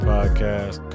Podcast